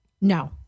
No